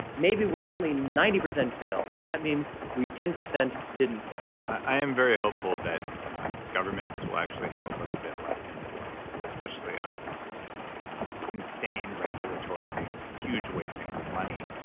maybe we'll only ninety percent fail. and that means we ten percent didn't fail i am very hopeful that governments will actually have a little bit less influence, especially on these insane regulatory things, huge wastings of money,